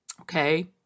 Okay